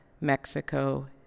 Mexico